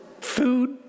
food